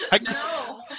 No